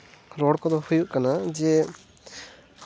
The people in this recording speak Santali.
ᱨᱚᱲ ᱠᱚᱫᱚ ᱦᱩᱭᱩᱜ ᱠᱟᱱᱟ ᱡᱮ